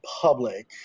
public